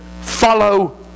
follow